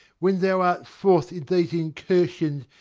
when thou art forth in the incursions,